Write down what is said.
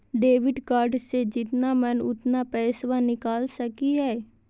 Debit कार्डबा से जितना मन उतना पेसबा निकाल सकी हय?